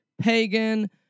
pagan